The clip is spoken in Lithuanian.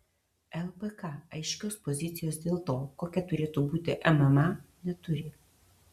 lpk aiškios pozicijos dėl to kokia turėtų būti mma neturi